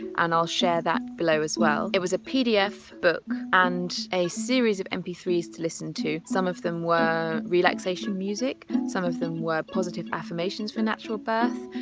and i'll share that below as well. it was a pdf book and a series of m p three s to listen to. some of them were relaxation music, some of them were positive affirmations for natural birth,